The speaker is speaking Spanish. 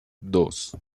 dos